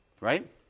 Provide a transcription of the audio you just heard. Right